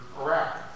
Iraq